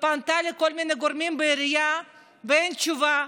והיא פנתה לכל מיני גורמים בעירייה ואין תשובה.